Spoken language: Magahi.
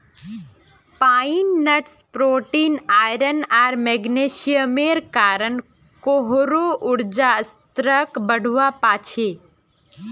पाइन नट्स प्रोटीन, आयरन आर मैग्नीशियमेर कारण काहरो ऊर्जा स्तरक बढ़वा पा छे